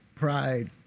Pride